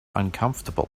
uncomfortable